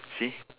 see